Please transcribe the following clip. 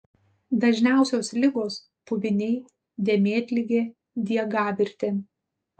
dažniausios ligos puviniai dėmėtligė diegavirtė